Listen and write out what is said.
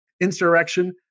insurrection